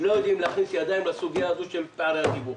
לא יודעים להכניס ידיים לסוגיה הזאת של פערי התיווך,